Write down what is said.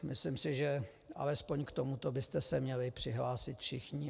Myslím si, že alespoň k tomuto byste se měli přihlásit všichni.